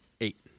Eight